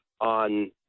on